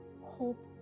hope